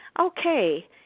Okay